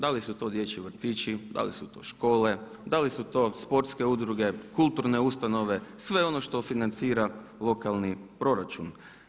Da li su to dječji vrtići, da li su to škole, da li su to sportske udruge, kulturne ustanove, sve ono što financira lokalni proračun.